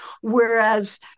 Whereas